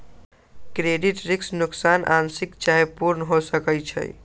credit risk नोकसान आंशिक चाहे पूर्ण हो सकइ छै